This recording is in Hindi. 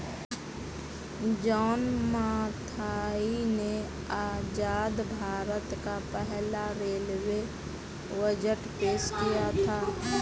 जॉन मथाई ने आजाद भारत का पहला रेलवे बजट पेश किया था